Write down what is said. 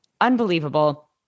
Unbelievable